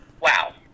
Wow